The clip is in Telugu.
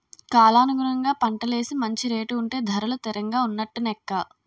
కాలానుగుణంగా పంటలేసి మంచి రేటు ఉంటే ధరలు తిరంగా ఉన్నట్టు నెక్క